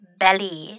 belly